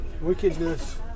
wickedness